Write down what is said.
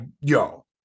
yo